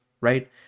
right